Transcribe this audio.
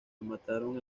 mataron